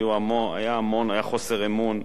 היה חוסר אמון,